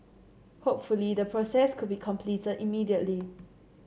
hopefully the process could be completed immediately